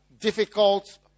difficult